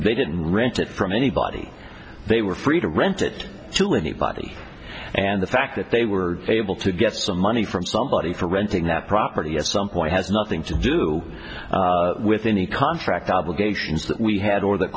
they didn't rent it from anybody they were free to rent it to anybody and the fact that they were able to get some money from somebody for renting that property at some point has nothing to do with any contract obligations that we had or that